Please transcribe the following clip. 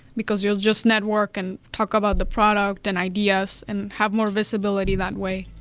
because you'll just network and talk about the product and ideas and have more visibility that way.